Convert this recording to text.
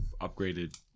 upgraded